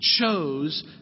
chose